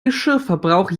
geschirrverbrauch